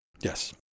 Yes